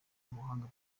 ubuhanga